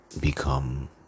become